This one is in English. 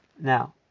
Now